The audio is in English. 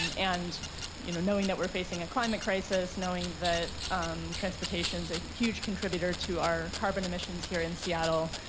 and and you know knowing we are facing a climate crisis. knowing that transportation is a huge contributor to our carbon emissions here in seattle.